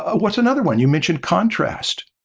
what's another one? you mentioned contrast.